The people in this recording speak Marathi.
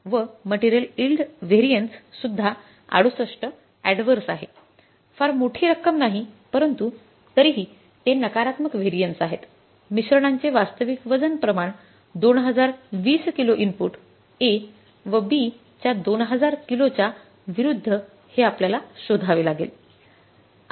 फार मोठी रक्कम नाही परंतु तरीही ते नकारात्मक व्हेरिएन्स आहेत मिश्रणाचे वास्तविक वजन प्रमाण 2020 किलो इनपुट A व B च्या २००० किलो च्या विरुद्ध हे आपल्यला शोधावे लागेल